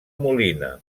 molina